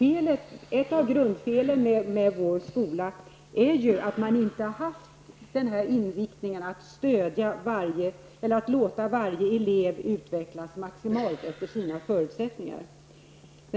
Ett av grundfelen med vår skola är ju att den inte har haft inriktningen att låta varje elev utvecklas maximalt efter sina förutsättningar.